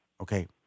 Okay